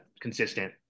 consistent